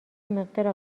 مقدار